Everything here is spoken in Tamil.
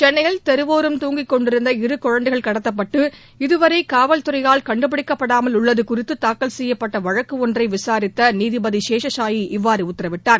சென்னையில் தெருவோரம் தூங்கிக் கொண்டிருந்த இரு குழந்தைகள் கடத்தப்பட்டு இதுவரை காவல்துறையால் கண்டுப்பிடிக்கப்படாமல் உள்ளது குறித்து தூக்கல் செய்யப்பட்ட வழக்கு ஒன்றை விசாரித்த நீதிபதி சேஷசாயி இவ்வாறு உத்தரவிட்டார்